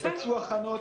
כבר התבצעו הכנות,